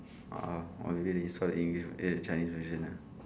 a'ah or maybe they saw the english eh chinese version ah